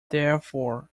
therefore